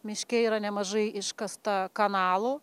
miške yra nemažai iškasta kanalų